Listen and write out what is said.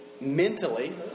mentally